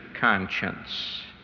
conscience